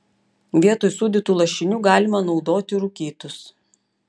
vietoj sūdytų lašinių galima naudoti rūkytus